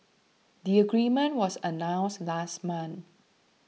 the agreement was announced last month